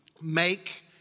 make